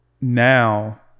now